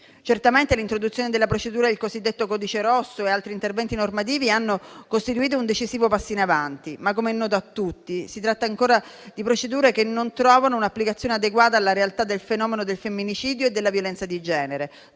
Certamente l'introduzione della procedura del cosiddetto codice rosso e altri interventi normativi hanno costituito un decisivo passo in avanti, ma, come è noto a tutti, si tratta ancora di procedure che non trovavano un'applicazione adeguata alla realtà del fenomeno del femminicidio e della violenza di genere.